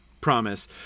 promise